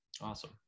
awesome